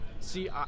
see